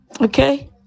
Okay